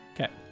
Okay